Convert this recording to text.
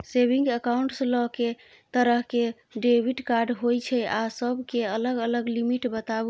Saving accounts ल के तरह के डेबिट कार्ड होय छै आ सब के अलग अलग लिमिट बताबू?